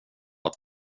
att